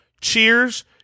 Cheers